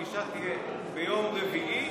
הפגישה תהיה ביום רביעי,